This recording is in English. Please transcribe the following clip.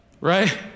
right